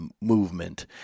movement